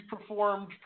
performed